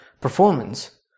performance